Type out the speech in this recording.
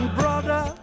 brother